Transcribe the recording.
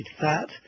fat